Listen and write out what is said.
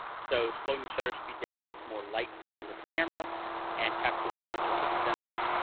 so slowing the shutter speed down lets more light come into the camera and capture the image onto the sensor,